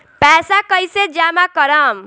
पैसा कईसे जामा करम?